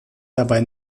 dabei